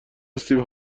استیون